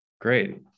Great